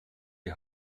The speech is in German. die